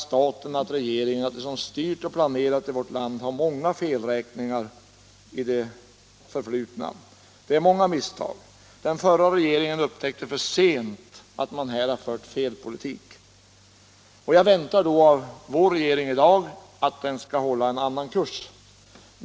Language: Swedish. Staten och regeringen —- de som styrt och planerat i vårt land — har i det förflutna gjort många felräkningar. Det är många misstag som gjorts. Den förra regeringen upptäckte för sent att man här fört en felaktig politik. Jag förväntar därför att vår regering i dag skall hålla en annan kurs.